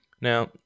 Now